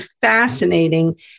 fascinating